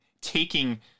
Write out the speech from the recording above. taking